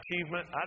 achievement